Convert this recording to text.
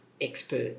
expert